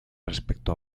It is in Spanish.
respecto